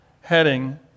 heading